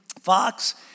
fox